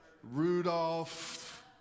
Rudolph